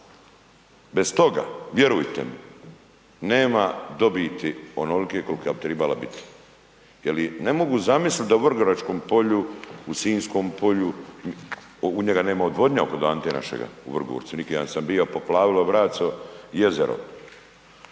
Bez toga vjerujte mi nema dobiti onolike kolika bi trebala biti jer ne mogu zamisliti da u Vrgoračkom polju, u Sinjskom polju u njega nema odvodnje kod Ante našega u Vrgorcu. Neki dan sam bio. Poplavilo braco jezero.